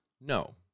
no